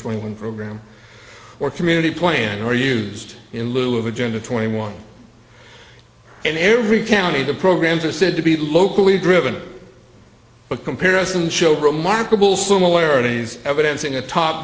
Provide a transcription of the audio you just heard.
twenty one program or community plan or used in lieu of agenda twenty one in every county the programs are said to be locally gribben but comparisons show remarkable similarities evidencing a top